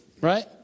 right